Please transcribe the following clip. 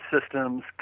systems